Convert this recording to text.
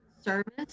service